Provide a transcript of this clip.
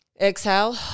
Exhale